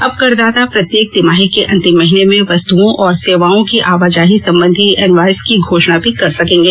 अब करदाता प्रत्येक तिमाही के अंतिम महीने में वस्तुओं और सेवाओं की आवाजाही संबंधी एनवायस की घोषणा भी कर सकेंगे